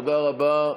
תודה רבה.